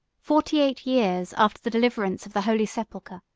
forty-eight years after the deliverance of the holy sepulchre,